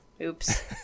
Oops